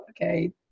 Okay